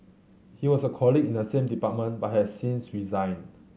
he was a colleague in the same department but has since resigned